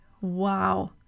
Wow